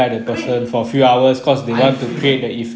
I mean I feel